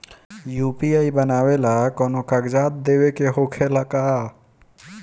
UPI बनावेला कौनो कागजात देवे के होखेला का?